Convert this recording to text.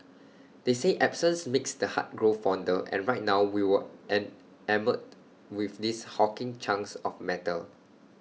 they say absence makes the heart grow fonder and right now we were an enamoured with these hulking chunks of metal